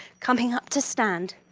coming up to stand,